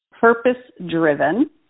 purpose-driven